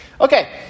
Okay